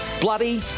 bloody